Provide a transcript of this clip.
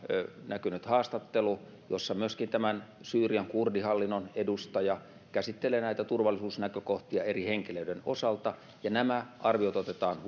näkynyt haastattelu jossa myöskin tämän syyrian kurdihallinnon edustaja käsittelee näitä turvallisuusnäkökohtia eri henkilöiden osalta ja nämä arviot otetaan